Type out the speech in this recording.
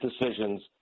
decisions